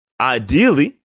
ideally